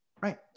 Right